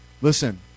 Listen